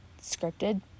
scripted